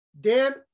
Dan